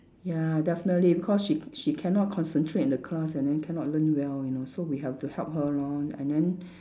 ya definitely because she she cannot concentrate in the class and then cannot learn well you know so we have to help her lor and then